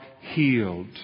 healed